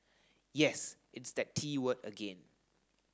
yes it's that T word again